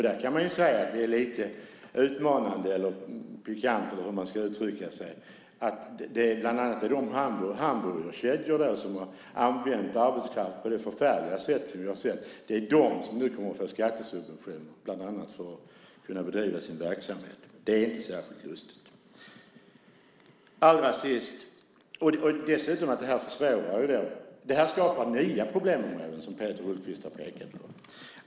Där kan man säga att det är lite utmanande, pikant eller hur man ska uttrycka sig, att det bland annat är de hamburgerkedjor som har använt arbetskraft på det förfärliga sätt som vi har sett som nu kommer att få skattesubventioner för att kunna bedriva sin verksamhet. Det är inte särskilt lustigt. Det skapar dessutom nya problemområden, som Peter Hultqvist har pekat på.